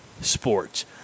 sports